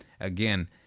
Again